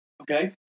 Okay